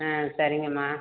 ஆ சரிங்கம்மா